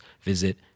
visit